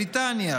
בריטניה,